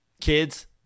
Kids